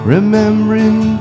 Remembering